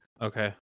Okay